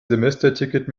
semesterticket